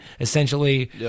essentially